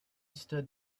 stood